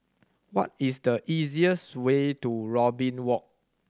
what is the easiest way to Robin Walk